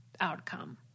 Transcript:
outcome